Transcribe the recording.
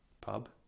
pub